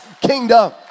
kingdom